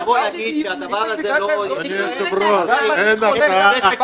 לבוא ולהגיד שהדבר הזה לא --- עצם זה שקיים